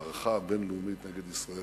המערכה הבין-לאומית נגד ישראל,